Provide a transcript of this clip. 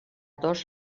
dos